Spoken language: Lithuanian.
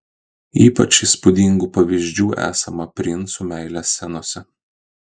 ypač įspūdingų pavyzdžių esama princų meilės scenose